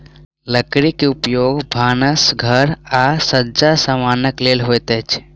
लकड़ी के उपयोग भानस घर आ सज्जा समानक लेल होइत अछि